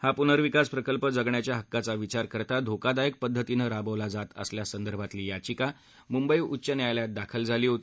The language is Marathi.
हा पुनर्विकास प्रकल्प जगण्याच्या हक्काचा विचार करता धोकादायक पद्धतीनं राबवला जात असल्यासंदर्भातली याचिका मुंबई उच्च न्यायालयात दाखल झाली होती